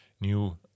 new